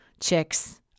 chicks